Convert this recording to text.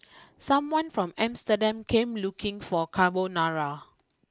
someone from Amsterdam came looking for Carbonara